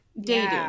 dating